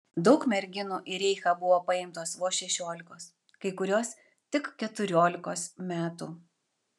daug merginų į reichą buvo paimtos vos šešiolikos kai kurios tik keturiolikos metų